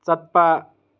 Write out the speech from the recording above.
ꯆꯠꯄ